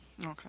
Okay